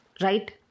right